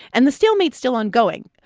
and the stalemate's still ongoing.